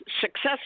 success